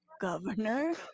governor